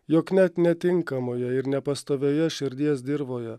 jog net netinkamoje ir nepastovioje širdies dirvoje